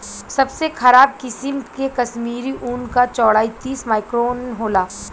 सबसे खराब किसिम के कश्मीरी ऊन क चौड़ाई तीस माइक्रोन होला